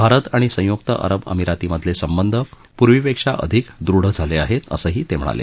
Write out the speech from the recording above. भारत आणि संयुक्त अरब अमिरातीमधले संबंध पूर्वी पेक्षा अधिक दृढ झाले आहेत असंही ते म्हणाले